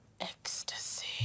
Ecstasy